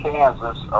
Kansas